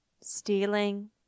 Stealing